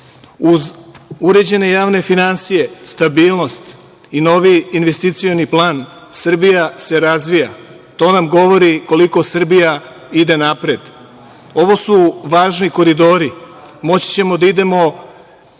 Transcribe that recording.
Uz uređene javne finansije, stabilnost i noviji investicioni plan Srbija se razvija. To nam govori koliko Srbija ide napred. Ovo su važni koridori. Moći ćemo da idemo